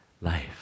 life